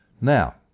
Now